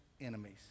enemies